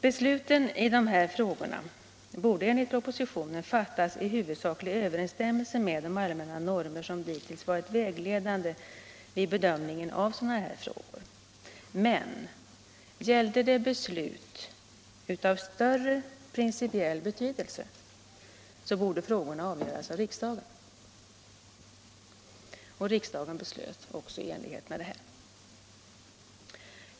Besluten i dessa frågor borde enligt propositionen fattas i huvudsaklig överensstämmelse med de allmänna normer som hittills hade varit vägledande vid bedömningen av dylika frågor. Men om det gällde beslut av större principiell betydelse borde frågorna avgöras av riksdagen. Detta blev också riksdagens beslut.